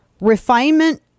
refinement